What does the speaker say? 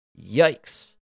yikes